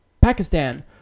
Pakistan